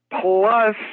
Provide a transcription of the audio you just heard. plus